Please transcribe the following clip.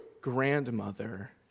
grandmother